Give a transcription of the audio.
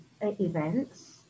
events